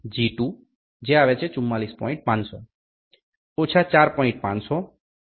630 1